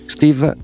Steve